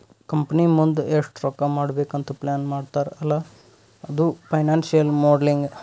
company ಮುಂದ್ ಎಷ್ಟ ರೊಕ್ಕಾ ಮಾಡ್ಬೇಕ್ ಅಂತ್ ಪ್ಲಾನ್ ಮಾಡ್ತಾರ್ ಅಲ್ಲಾ ಅದು ಫೈನಾನ್ಸಿಯಲ್ ಮೋಡಲಿಂಗ್